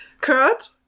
Kurt